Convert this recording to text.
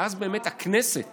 ואז באמת הכנסת